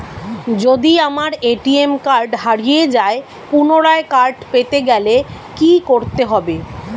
যদি আমার ATM card হারিয়ে যায় পুনরায় কার্ড পেতে গেলে কি করতে হবে?